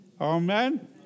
Amen